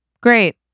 Great